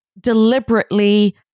deliberately